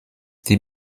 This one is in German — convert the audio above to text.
die